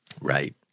Right